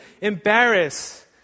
embarrass